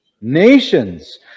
nations